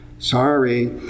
Sorry